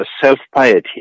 self-piety